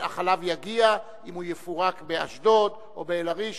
אבל החלב יגיע אם הוא יפורק באשדוד או באל-עריש.